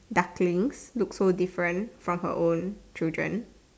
ducklings look so different from her own children